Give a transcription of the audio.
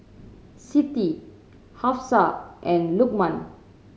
Siti Hafsa and Lukman